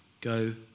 Go